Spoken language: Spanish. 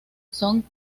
son